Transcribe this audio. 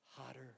hotter